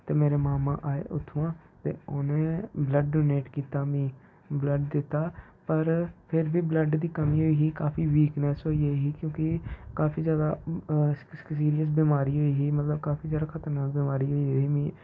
ते मेरे माम्मा आई उत्थुंआ ते उ'नें बल्ड डोनेट कीता मी बल्ड दित्ता पर फेर बी बल्ड दी कमी होई गेई मि काफी बीकनेस होई गेई क्योंकि काफी ज्यादा सीरियस बीमारी होई ही मतलब काफी ज्यादा खतरनाक बीमारी होई ही मि